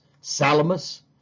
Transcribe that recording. Salamis